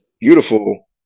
beautiful